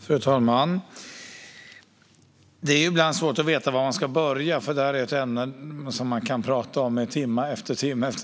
Fru talman! Det är ibland svårt att veta var man ska börja. Det här är ett ämne som man kan tala om i timme efter